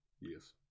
Yes